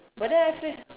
but that happen